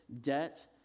debt